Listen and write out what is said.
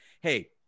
hey